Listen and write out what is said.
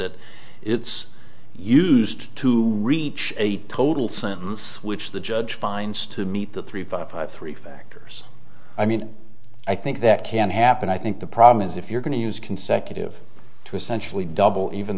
it it's used to reach a total sentence which the judge finds to meet that three five three factors i mean i think that can happen i think the problem is if you're going to use consecutive to essentially double even